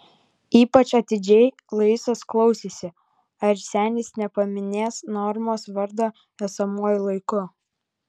ypač atidžiai luisas klausėsi ar senis nepaminės normos vardo esamuoju laiku